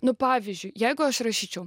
nu pavyzdžiui jeigu aš rašyčiau